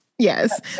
Yes